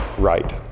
right